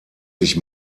sich